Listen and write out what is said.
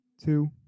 two